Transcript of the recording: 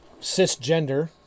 cisgender